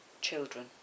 children